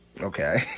Okay